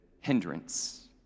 hindrance